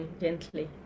gently